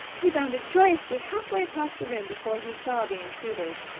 he bounded joyously half way across the room before he saw the intruders.